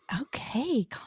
Okay